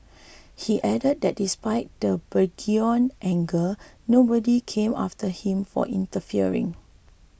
he added that despite the burgeoning anger nobody came after him for interfering